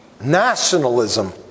nationalism